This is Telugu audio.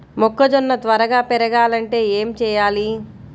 మొక్కజోన్న త్వరగా పెరగాలంటే ఏమి చెయ్యాలి?